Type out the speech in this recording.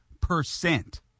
percent